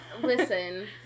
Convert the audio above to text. Listen